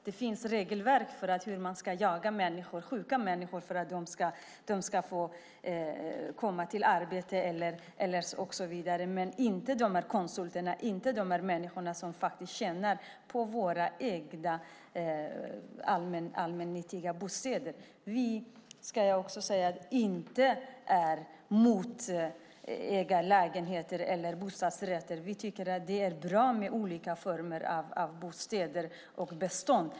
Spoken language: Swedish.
Det finns regelverk för hur man ska jaga sjuka människor för att de ska komma i arbete och så vidare. Men de här konsulterna, människor som tjänar pengar på våra ägda allmännyttiga bostäder, jagas inte. Vi är inte mot ägarlägenheter eller bostadsrätter. Vi tycker att det är bra med olika former av bostäder och bestånd.